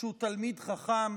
שהוא תלמיד חכם,